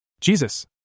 Jesus